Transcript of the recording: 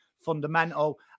fundamental